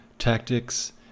tactics